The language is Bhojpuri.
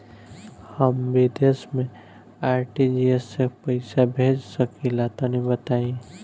हम विदेस मे आर.टी.जी.एस से पईसा भेज सकिला तनि बताई?